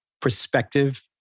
perspective